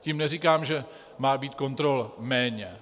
Tím neříkám, že má být kontrol méně.